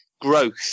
growth